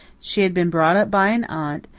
she had been brought up by an aunt,